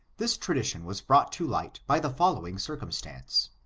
this tradition was brought to light by the following cir cumstance.